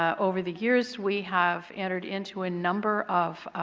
ah over the years we have entered into a number of